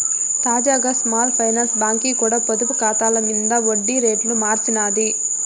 తాజాగా small finance బాంకీ కూడా పొదుపు కాతాల మింద ఒడ్డి రేట్లు మార్సినాది